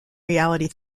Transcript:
reality